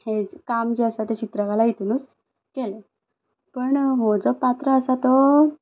काम जें आसा तें चित्रकला हितुनूच केलें पण हो जो पात्र आसा तो